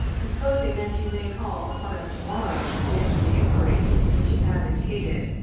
and supposing that you may call upon us. to-morrow, to answer the inquiry which you have indicated,